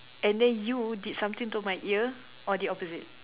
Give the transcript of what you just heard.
and then you did something to my ear or the opposite